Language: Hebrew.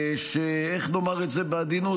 שאיך נאמר את זה בעדינות?